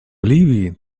ливии